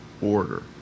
order